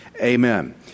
amen